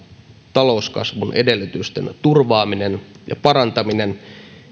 talouskasvun edellytysten turvaaminen ja parantaminen